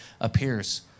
appears